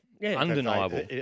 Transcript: Undeniable